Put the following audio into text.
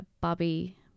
Bobby